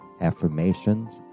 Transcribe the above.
affirmations